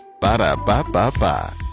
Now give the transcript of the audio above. Ba-da-ba-ba-ba